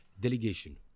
delegation